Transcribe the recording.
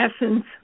essence